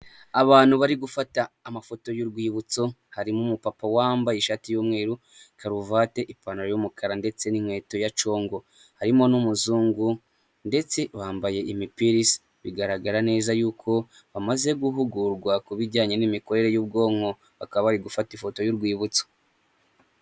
Abantu bari gufata amafoto y'urwibutso, harimo umupapa wambaye ishati y'umweru, karuvati, ipantaro y'umukara ndetse n'inkweto ya congo, harimo n'umuzungu ndetse bambaye imipira isa. Bigaragara neza yuko bamaze guhugurwa ku bijyanye n'imikorere y'ubwonko, bakaba bari gufata ifoto y'urwibutso.